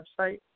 website